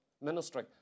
ministry